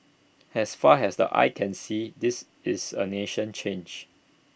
has far has the eye can see this is A nation changed